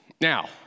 Now